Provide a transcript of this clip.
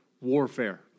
warfare